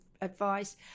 advice